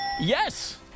Yes